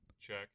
check